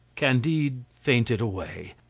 candide fainted away,